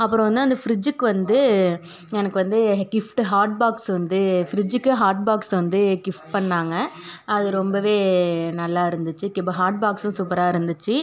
அப்புறம் வந்து அந்த ஃப்ரிட்ஜுக்கு வந்து எனக்கு வந்து கிஃப்ட்டு ஹாட் பாக்ஸ்ஸு வந்து ஃப்ரிட்ஜுக்கு ஹாட் பாக்ஸ் வந்து கிஃப்ட் பண்ணிணாங்க அது ரொம்பவே நல்லா இருந்துச்சு இப்போ ஹாட் பாக்ஸ்ஸும் சூப்பராக இருந்துச்சு